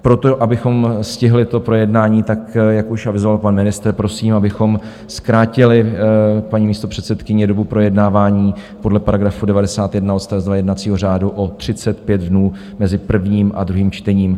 Proto, abychom stihli projednání tak, jak už avizoval pan ministr, prosím, abychom zkrátili, paní místopředsedkyně, dobu projednávání podle § 91 odst. 2 jednacího řádu o 35 dnů mezi prvním a druhým čtením.